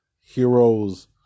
heroes